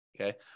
Okay